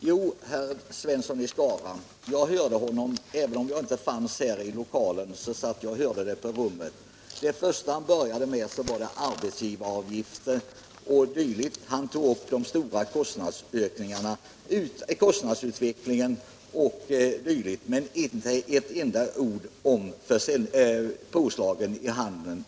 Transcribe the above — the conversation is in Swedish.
Herr talman! Jo, jag hörde anförandet av herr Svensson i Skara även om jag inte fanns i kammaren — jag satt på mitt rum och lyssnade på det. Herr Svensson började med att tala om arbetsgivaravgiften och han tog upp kostnadsutvecklingen, men han sade inte ett ord om påslagen i handeln.